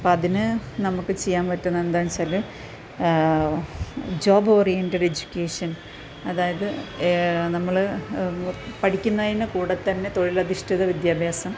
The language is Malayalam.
അപ്പോൾ അതിന് നമുക്ക് ചെയ്യാൻ പറ്റുന്നത് എന്താണെന്ന് വെച്ചാൽ ജോബ് ഓറിയെൻ്റെട് എഡ്യൂക്കേഷൻ അതായത് നമ്മൾ പഠിക്കുന്നതിന് കൂടെ തന്നെ തൊഴിലധിഷ്ഠിത വിദ്യാഭ്യാസം